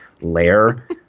layer